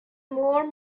more